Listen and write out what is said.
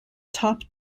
top